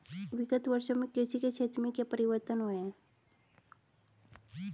विगत वर्षों में कृषि के क्षेत्र में क्या परिवर्तन हुए हैं?